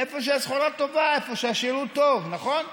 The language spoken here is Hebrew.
איפה שהסחורה טובה, איפה שהשירות טוב, נכון?